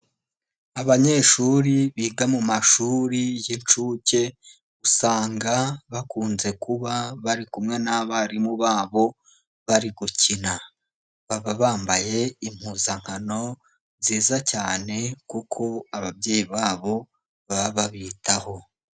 Abanyeshuri biga mu mashuri y'inshuke, usanga bakunze kuba bari kumwe n'abarimu babo bari gukina, baba bambaye impuzankano nziza cyane kuko ababyeyi babo baba babitaho.